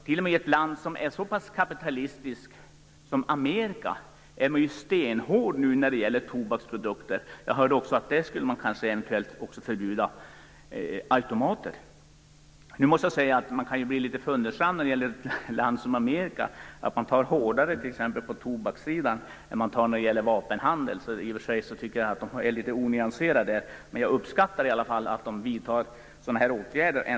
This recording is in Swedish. T.o.m. i ett land som är så pass kapitalistiskt som Amerika är man nu stenhård när det gäller tobaksprodukter, och jag hörde att man där eventuellt också skall förbjuda automater. Samtidigt måste jag säga att man kan bli litet fundersam över ett land som Amerika, där man alltså tar hårdare på tobaksfrågan än på t.ex. vapenhandeln. I och för sig tycker jag nog att de är litet onyanserade där, men jag uppskattar ändå att de vidtar sådana här åtgärder.